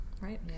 right